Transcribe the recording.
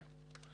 כן.